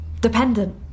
Dependent